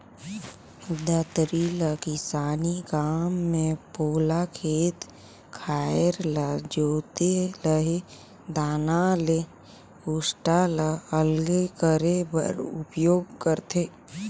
दँतरी ल किसानी काम मे पोला खेत खाएर ल जोते चहे दाना ले कुसटा ल अलगे करे बर उपियोग करथे